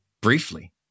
briefly